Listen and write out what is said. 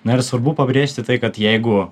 na ir svarbu pabrėžti tai kad jeigu